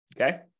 Okay